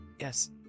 yes